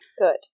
good